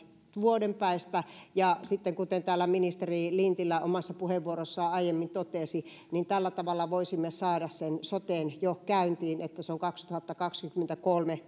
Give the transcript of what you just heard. vuoden päästä ja sitten kuten täällä ministeri lintilä omassa puheenvuorossaan aiemmin totesi tällä tavalla voisimme saada sen soten jo käyntiin niin että se on kaksituhattakaksikymmentäkolme